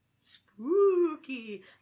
spooky